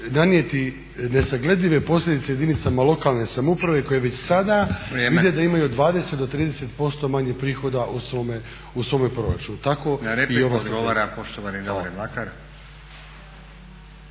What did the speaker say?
nanijeti nesagledive posljedice jedinicama lokalne samouprave koje već sada vide da imaju 20 do 30% manje prihoda u svome proračunu. Tako i ova strategija.